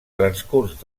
transcurs